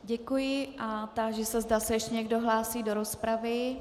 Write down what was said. Děkuji a táži se, zda se ještě někdo hlásí do rozpravy.